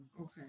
Okay